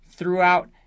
throughout